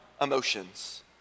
emotions